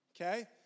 Okay